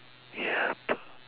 ya two